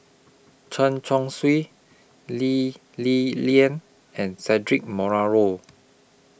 Chen Chong Swee Lee Li Lian and Cedric